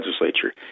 legislature